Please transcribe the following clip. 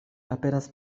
aperas